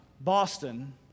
Boston